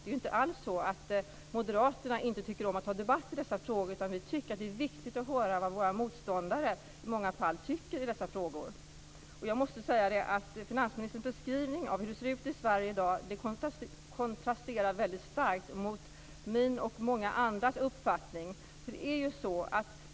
Det är ju inte alls så att vi moderater inte tycker om att ta debatt i dessa frågor, utan vi tycker att det är viktigt att höra vad våra motståndare i många fall tycker i dessa frågor. Jag måste säga att finansministerns beskrivning av hur det ser ut i Sverige i dag kontrasterar väldigt starkt mot min och många andras uppfattning.